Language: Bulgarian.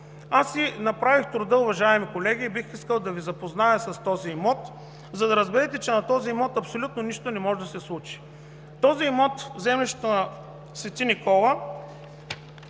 Аз си направих труда, уважаеми колеги, и бих искал да Ви запозная с този имот, за да разберете, че на него абсолютно нищо не може да се случи. Този имот в землището на „Св. Никола“